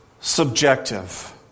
subjective